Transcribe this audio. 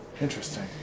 Interesting